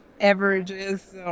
averages